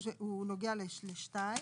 הוא נוגע ל-2.